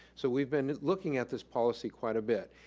so we've been looking at this policy quite a bit.